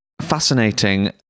fascinating